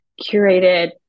curated